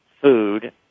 food